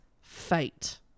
fate